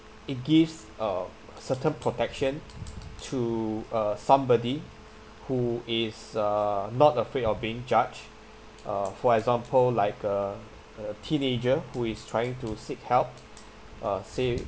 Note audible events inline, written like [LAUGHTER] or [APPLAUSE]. it gives uh certain protection to uh somebody who is uh not afraid of being judged uh for example like a a teenager who is trying to seek help [BREATH] uh say